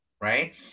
right